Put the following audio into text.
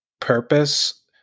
purpose